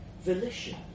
volition